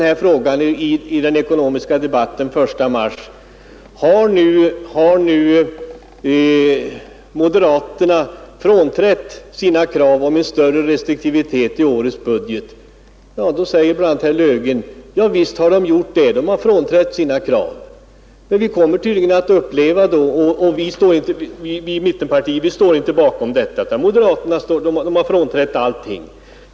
När jag i den ekonomiska debatten den 1 mars frågade om moderaterna frånträtt sina krav på större restriktivitet i årets budget, då svarade herr Löfgren: Ja, visst har de gjort det; de har frånträtt sina krav. Vi i mittenpartierna står inte bakom dem utan moderaterna har frånträtt sina krav.